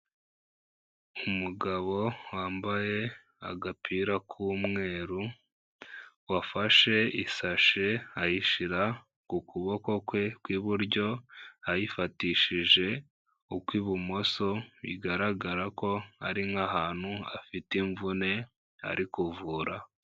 Umugabo wambaye agapira k'umweru, wafashe isashe ayishyira ku kuboko kwe kw'iburyo, ayifatishije ukw'ibumoso, bigaragara ko ari nk'ahantu afite imvune ari kuvura.